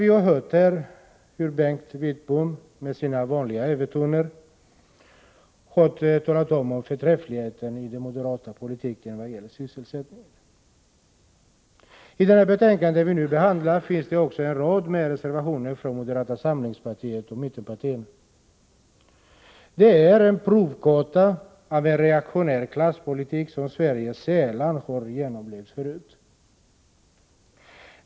Vi har här hört hur Bengt Wittbom med sina vanliga övertoner talat om förträffligheten i den moderata politiken i vad gäller sysselsättningen. I det betänkande vi nu behandlar finns en rad reservationer från moderata samlingspartiet och mittenpartierna. Det är en provkarta på en reaktionär klasspolitik, som Sverige knappast har genomlevt tidigare.